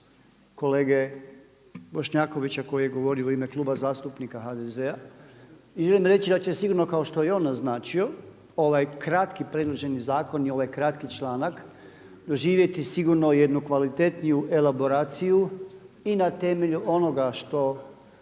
kolege Bošnjakovića koji je govorio u ime Kluba zastupnika HDZ-a. I želim reći da će sigurno kao što je i on naznačio ovaj kratki predloženi zakon i ovaj kratki članak doživjeti sigurno jednu kvalitetniju elaboraciju i na temelju onoga što